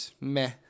Meh